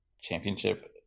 championship